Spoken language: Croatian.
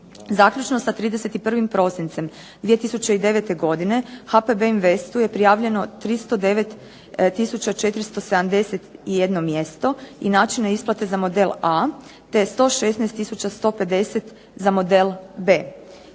Zaključno sa 31. prosincem 20096. godine HPB Investu je prijavljeno 309 tisuća 471 mjesto i načina isplate za model te 116 tisuća 150 za model B.